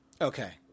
okay